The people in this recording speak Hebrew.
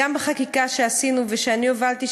גם בחקיקה שעשינו ושאני הובלתי,